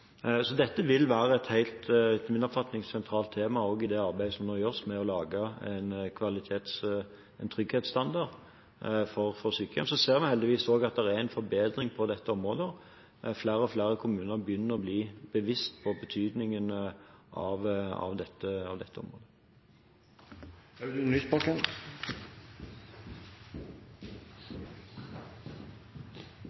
Så dette vil – etter min oppfatning – være et helt sentralt tema i det arbeidet som nå gjøres med å lage en trygghetsstandard for sykehjem. Så ser vi heldigvis også at det er en forbedring på dette området. Flere og flere kommuner begynner å bli bevisst på betydningen av dette